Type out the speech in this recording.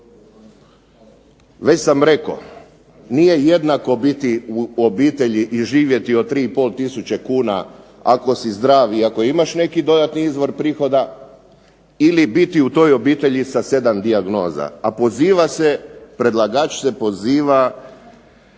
Već sam rekao nije jednako biti u obitelji i živjeti od 3 i pol tisuće kuna ako si zdrav i ako imaš neki dodatni izvor prihoda ili biti u toj obitelji sa 7 dijagnoza, a poziva se, predlagač se poziva